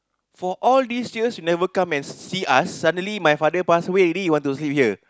for all these years you never come and see us suddenly my father pass away already you want to sleep here